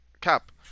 Cap